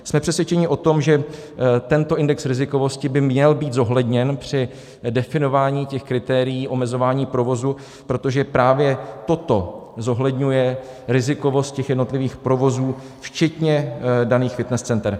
Jsme přesvědčeni o tom, že tento index rizikovosti by měl být zohledněn při definování těch kritérií omezování provozu, protože právě toto zohledňuje rizikovost těch jednotlivých provozů včetně daných fitness center.